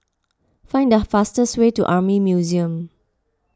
find the fastest way to Army Museum